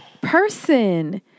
person